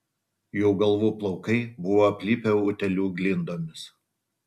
jų galvų plaukai buvo aplipę utėlių glindomis